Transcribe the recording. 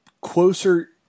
closer